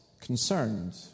concerned